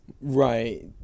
Right